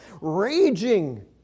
Raging